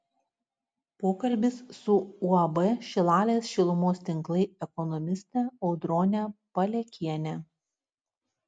pokalbis su uab šilalės šilumos tinklai ekonomiste audrone palekiene